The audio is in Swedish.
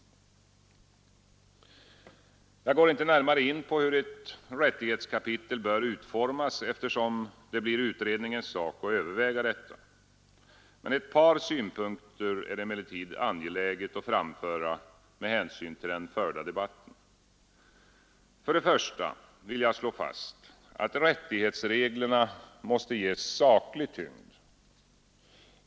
Jag har ingen anledning att gå närmare in på hur ett rättighetskapitel bör utformas, eftersom det blir utredningens sak att överväga detta. Ett par synpunkter är det emellertid angeläget att framhålla med hänsyn till den förda debatten. För det första vill jag slå fast att rättighetsre rna måste ges saklig tyngd.